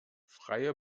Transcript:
freie